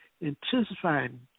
Intensifying